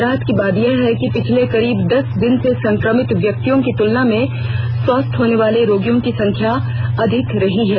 राहत की बात यह है कि पिछले करीब दस दिन से संक्रमित व्यक्तियों की तुलना में स्वस्थ होने वाले रोगियों की संख्या अधिक रही है